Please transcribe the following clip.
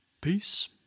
Peace